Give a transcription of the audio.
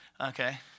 Okay